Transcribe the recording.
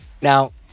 Now